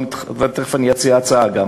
ותכף אני אציע גם הצעה,